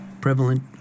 prevalent